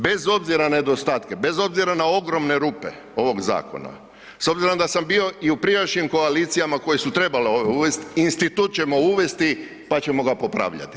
Bez obzira na nedostatke, bez obzira na ogromne rupe ovog zakona, s obzirom da sam bio i u prijašnjim koalicijama koje su trebale ovo uvest, institut ćemo uvesti pa ćemo ga popravljati.